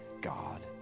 God